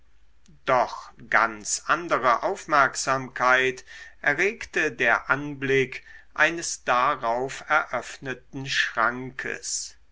doch ganz andere aufmerksamkeit erregte der anblick eines darauf eröffneten schrankes